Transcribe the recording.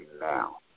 now